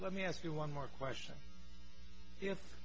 let me ask you one more question